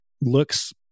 looks